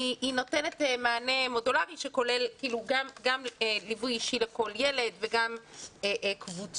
היא נותנת מענה מודולרי שכולל גם ליווי אישי לכל ילד וגם קבוצות.